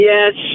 Yes